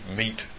meet